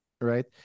right